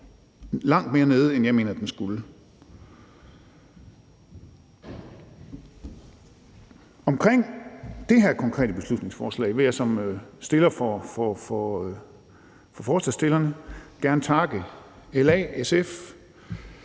langt mere nede, end jeg mener skulle være tilfældet. I forhold til det her konkrete beslutningsforslag vil jeg som ordfører for forslagsstillerne gerne takke LA, SF,